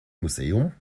museum